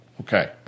Okay